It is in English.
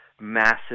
massive